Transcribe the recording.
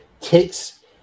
takes